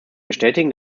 bestätigen